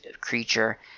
creature